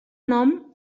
nom